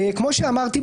כמו שאמרתי,